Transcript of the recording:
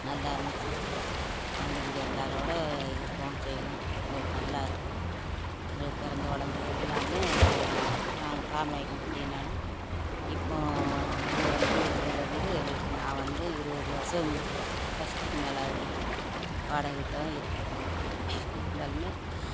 நல்லாருந்துச்சு நாங்கள் இங்கே எல்லாரோடய இருக்கோம் செய்தோம் எங்களுக்கு நல்லாயிருக்கும் எங்களுக்கு பிறந்து வளர்ந்தது எல்லாம் நாங்கள் காமநாயக்கன் பட்டின்னாலும் இப்போ இங்கே வந்து இருந்ததுலேர்ந்து எங்களுக்கு நான் வந்து இருபது வருடம் வருடத்துக்கு மேலே ஆகுது வாடகை வீட்டில் தான் இருக்கோம் இருந்தாலும்